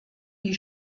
die